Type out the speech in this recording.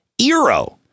Eero